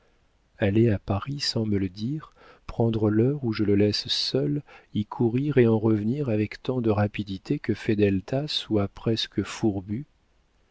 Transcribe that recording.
aller à paris sans me le dire prendre l'heure où je le laisse seul y courir et en revenir avec tant de rapidité que fedelta soit presque fourbue